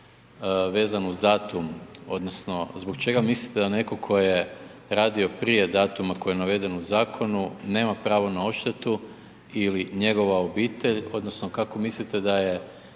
vezano uz datum odnosno zbog čega mislite da netko tko je radio prije datuma koji je naveden u zakonu, nema pravo na odštetu ili njegova obitelj odnosno kako mislite da je